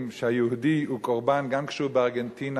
שהיהודי הוא קורבן גם כשהוא בארגנטינה,